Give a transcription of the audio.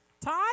Todd